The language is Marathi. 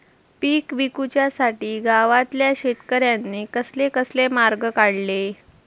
पीक विकुच्यासाठी गावातल्या शेतकऱ्यांनी कसले कसले मार्ग काढले?